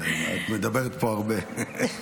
את מדברת פה הרבה.